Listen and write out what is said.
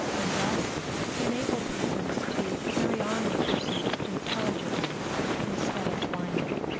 and thus enable persons to carry on their pursuits intelligently instead of blindly.